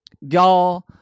y'all